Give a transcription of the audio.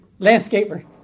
Landscaper